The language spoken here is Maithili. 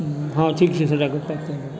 हँ ठीक छै सबटाके पैक कए दियौ